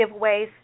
giveaways